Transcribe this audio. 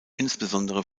insbesondere